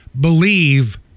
believe